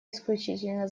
исключительно